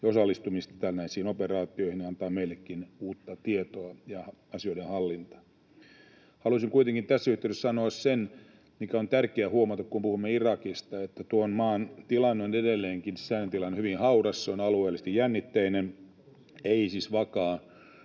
osallistumista tällaisiin operaatioihin, ja se antaa meillekin uutta tietoa ja asioiden hallintaa. Haluaisin kuitenkin tässä yhteydessä sanoa sen, mikä on tärkeä huomata, kun puhumme Irakista, että tuon maan sisäinen tilanne on edelleenkin hyvin hauras: se on alueellisesti jännitteinen, ei siis vakaa,